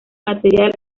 material